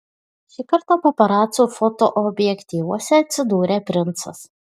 šį kartą paparacų fotoobjektyvuose atsidūrė princas